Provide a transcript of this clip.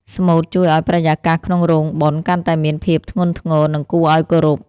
ស្មូតជួយឱ្យបរិយាកាសក្នុងរោងបុណ្យកាន់តែមានភាពធ្ងន់ធ្ងរ និងគួរឱ្យគោរព។